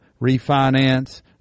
refinance